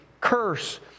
Curse